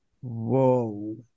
whoa